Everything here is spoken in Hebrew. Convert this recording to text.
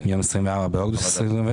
החלטת ממשלה מספר 551 מיום 24 באוגוסט 2021,